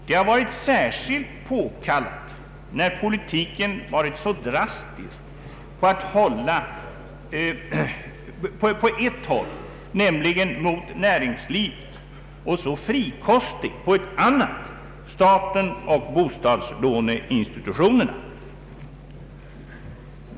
Det har varit särskilt påkallat, när politiken varit så drastisk på ett håll, nämligen mot näringslivet, och så frikostig på ett annat, nämligen mot staten och bostadslåneinstitutionerna.